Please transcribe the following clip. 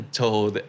told